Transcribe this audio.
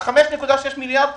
ה-5.6 מיליארד,